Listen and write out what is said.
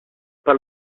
pas